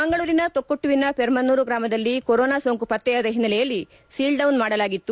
ಮಂಗಳೂರಿನ ತೊಕ್ಕೊಟ್ಟುವಿನ ಪರ್ಮನ್ನೂರು ಗ್ರಾಮದಲ್ಲಿ ಕೊರೊನಾ ಸೋಂಕು ಪತ್ತೆಯಾದ ಹಿನ್ನೆಲೆಯಲ್ಲಿ ಸೀಲ್ಡೌನ್ ಮಾಡಲಾಗಿತ್ತು